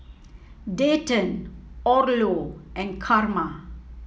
Dayton Orlo and Carma